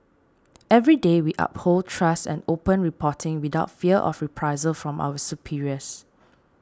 every day we uphold trust and open reporting without fear of reprisal from our superiors